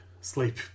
sleep